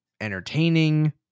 entertaining